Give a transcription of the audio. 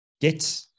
get